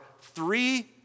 three